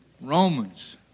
Romans